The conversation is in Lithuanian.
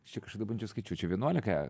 čia kažkada bandžiau skaičiuot čia vienuolika